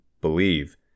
believe